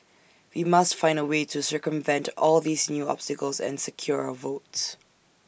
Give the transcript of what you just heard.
we must find A way to circumvent all these new obstacles and secure our votes